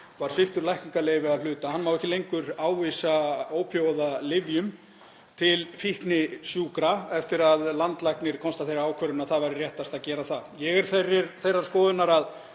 var sviptur lækningaleyfi að hluta. Hann má ekki lengur ávísa ópíóíðalyfjum til fíknisjúkra eftir að landlæknir komst að þeirri niðurstöðu að það væri réttast að gera það. Ég er þeirrar skoðunar að